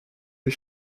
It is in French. les